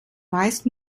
meist